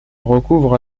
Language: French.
recouvre